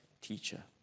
teacher